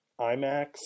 IMAX